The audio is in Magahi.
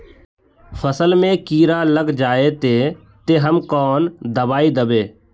फसल में कीड़ा लग जाए ते, ते हम कौन दबाई दबे?